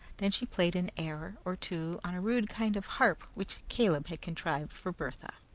then she played an air or two on a rude kind of harp, which caleb had contrived for bertha,